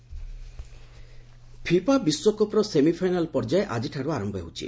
FIFA FIFA ବିଶ୍ୱକପ୍ର semifinal ପର୍ଯ୍ୟାୟ ଆଜିଠାରୁ ଆରମ୍ଭ ହେଉଛି